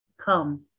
come